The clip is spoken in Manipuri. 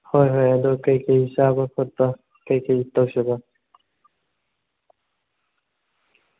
ꯍꯣꯏ ꯍꯣꯏ ꯑꯗꯣ ꯀꯩꯀꯩ ꯆꯥꯕ ꯈꯣꯠꯄ ꯀꯩꯀꯩ ꯇꯧꯁꯦꯕ